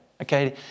Okay